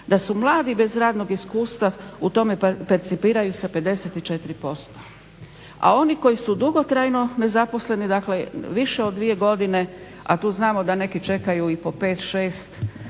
da su mladi bez radnog iskustva u tome percipiraju sa 54%, a oni koji su dugotrajno nezaposleni dakle više od dvije godine, a tu znamo da neki čekaju i po 5, 6 godina